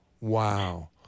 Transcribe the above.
wow